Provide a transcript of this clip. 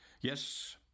yes